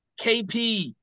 KP